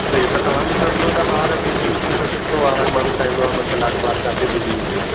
त हीअ त तव्हां बि सम्झो था ॿार बिज़ी हुजनि त सुठो आहे हर माण्हू चाहींदो आहे ॿ कलाक ॿार किथे बिजी हुजे